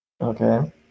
Okay